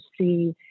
see